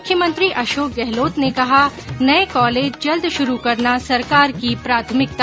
मुख्यमंत्री अशोक गहलोत ने कहा नये कॉलेज जल्द शुरू करना सरकार की प्राथमिकता